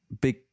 big